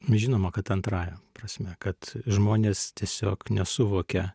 žinoma kad antrąja prasme kad žmonės tiesiog nesuvokia